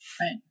Right